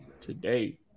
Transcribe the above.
today